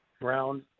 brown